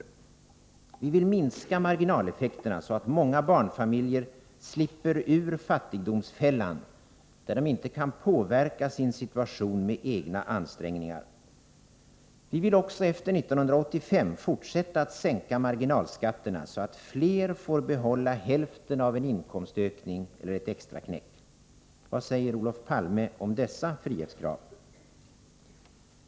Vi vill minska marginaleffekterna så att många barnfamiljer slipper ur fattigdomsfällan, där de inte kan påverka sin situation med egna ansträngningar. Vi vill också efter 1985 fortsätta att sänka marginalskatterna så att fler får behålla hälften av en inkomstökning eller ett extraknäck. Vad säger Olof Palme om dessa frihetskrav?